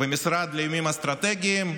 ומשרד לעניינים אסטרטגיים,